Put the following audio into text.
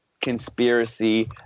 conspiracy